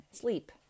sleep